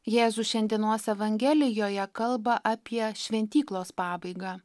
jėzus šiandienos evangelijoje kalba apie šventyklos pabaigą